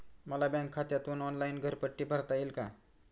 मला बँक खात्यातून ऑनलाइन घरपट्टी भरता येईल का?